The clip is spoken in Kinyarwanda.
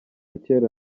kera